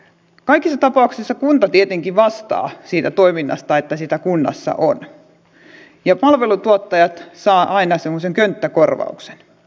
kaikissa tapauksissa kunta tietenkin vastaa siitä toiminnasta että sitä kunnassa on ja palveluntuottajat saavat aina semmoisen könttäkorvauksen